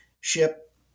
ship